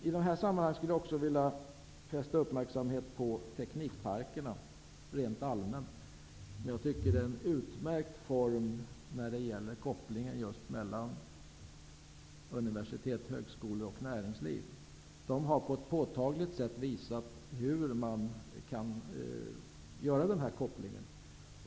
I det här sammanhanget skulle jag också vilja rent allmänt fästa uppmärksamheten vid teknikparkerna, som jag tycker är en utmärkt form för koppling mellan universitet, högskolor och näringsliv. De har på ett påtagligt sätt visat hur man kan göra den kopplingen.